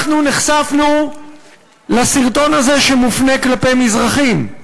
אנחנו נחשפנו לסרטון הזה, שמופנה כלפי מזרחים,